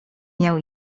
miał